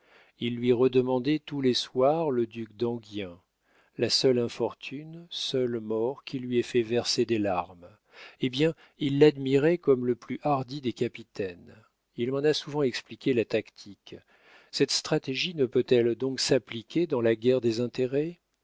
il lui redemandait tous les soirs le duc d'enghien la seule infortune seule mort qui lui ait fait verser des larmes eh bien il l'admirait comme le plus hardi des capitaines il m'en a souvent expliqué la tactique cette stratégie ne peut-elle donc s'appliquer dans la guerre des intérêts